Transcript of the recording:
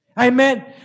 Amen